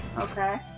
Okay